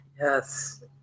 Yes